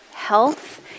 health